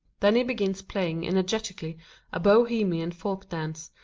then he begins playing energetically a bohemian folk-dance,